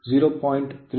ಇದು 230 0